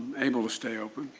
able to stay open.